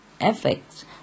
effects